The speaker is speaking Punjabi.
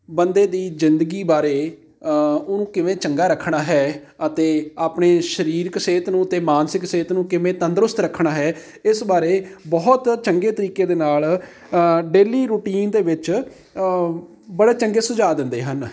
ਬੰਦੇ ਦੀ ਜ਼ਿੰਦਗੀ ਬਾਰੇ ਉਹਨੂੰ ਕਿਵੇਂ ਚੰਗਾ ਰੱਖਣਾ ਹੈ ਅਤੇ ਆਪਣੇ ਸਰੀਰਿਕ ਸਿਹਤ ਨੂੰ ਅਤੇ ਮਾਨਸਿਕ ਸਿਹਤ ਨੂੰ ਕਿਵੇਂ ਤੰਦਰੁਸਤ ਰੱਖਣਾ ਹੈ ਇਸ ਬਾਰੇ ਬਹੁਤ ਚੰਗੇ ਤਰੀਕੇ ਦੇ ਨਾਲ ਡੇਲੀ ਰੂਟੀਨ ਦੇ ਵਿੱਚ ਬੜੇ ਚੰਗੇ ਸੁਝਾਅ ਦਿੰਦੇ ਹਨ